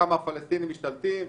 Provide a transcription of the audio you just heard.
כמה הפלסטינים משתלטים,